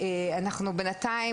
בינתיים,